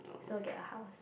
so get a house